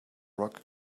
rock